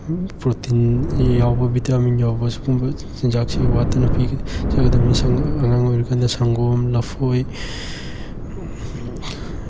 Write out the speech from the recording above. protein ꯌꯥꯎꯕ vitamin ꯌꯥꯎꯕ ꯁꯤꯒꯨꯝꯕ ꯆꯤꯟꯖꯥꯛꯁꯤ ꯋꯥꯠꯇꯅ ꯄꯤ ꯖꯒꯗꯕꯅꯤ ꯑꯉꯥꯡ ꯑꯣꯏꯔꯀꯥꯟꯗ ꯁꯪꯒꯣꯝ ꯂꯐꯣꯏ